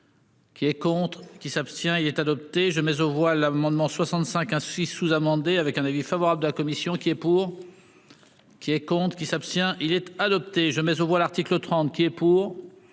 Qui est contre qui s'abstient il est adopté, je mais aux voix l'amendement 65 ainsi sous-amendé avec un avis favorable de la commission qui est pour. Qui elle compte qui s'abstient-il être adopté je mets aux voix l'article 30 qui est pour.